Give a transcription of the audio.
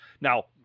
Now